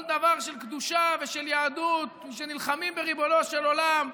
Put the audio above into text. דבר של קדושה ושל יהדות ונלחמים בריבונו של עולם,